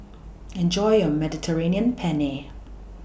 Enjoy your Mediterranean Penne